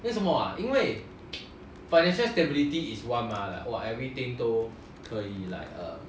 为什么 ah 因为 financial stability is one mah !wah! everything 都可以 like um